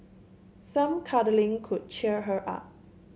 some cuddling could cheer her up